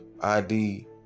ID